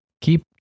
Keep